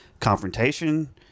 confrontation